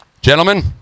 Gentlemen